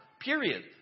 Period